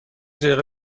دقیقه